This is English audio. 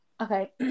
okay